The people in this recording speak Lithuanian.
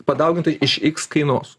padaugintai iš iks kainos